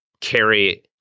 carry